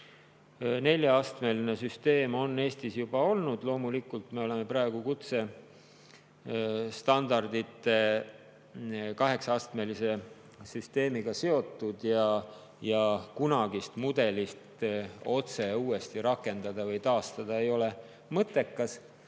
Neljaastmeline süsteem on Eestis juba olnud. Loomulikult, me oleme praegu kutsestandardi kaheksaastmelise süsteemiga seotud ja kunagist mudelit otse uuesti rakendada või taastada ei ole mõttekas.